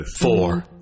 four